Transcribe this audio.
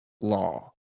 law